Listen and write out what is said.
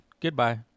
goodbye